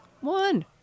One